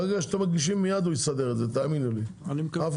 ברגע שאתם מגישים,